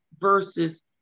versus